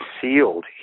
sealed